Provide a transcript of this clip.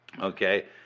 Okay